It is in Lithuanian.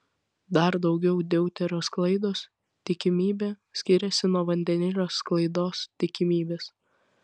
dar daugiau deuterio sklaidos tikimybė skiriasi nuo vandenilio sklaidos tikimybės